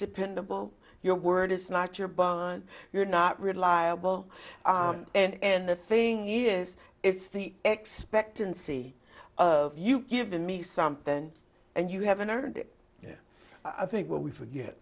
dependable your word is not your bond you're not reliable and the thing is it's the expectancy of you giving me something and you haven't earned it yeah i think what we forget